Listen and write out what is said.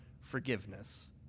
forgiveness